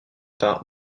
par